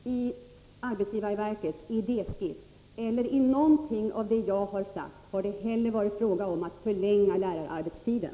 Herr talman! Varken i arbetsgivarverkets idéskiss eller i någonting av det jag har sagt har det varit fråga om att förlänga lärararbetstiden.